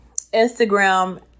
Instagram